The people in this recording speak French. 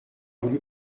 voulu